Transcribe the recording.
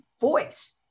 voice